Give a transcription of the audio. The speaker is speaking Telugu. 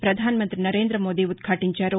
ప్రపధానమంతి నరేంద్రమోదీ ఉద్భాటించారు